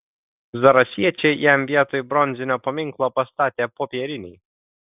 zarasiečiai jam vietoj bronzinio paminklo pastatė popierinį